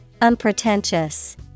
Unpretentious